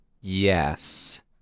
Yes